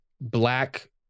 black